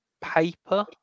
paper